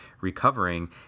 recovering